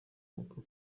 mupaka